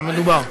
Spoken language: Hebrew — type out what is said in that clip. מה היא כתבה?